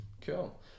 Cool